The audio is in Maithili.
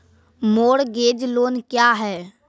मोरगेज लोन क्या है?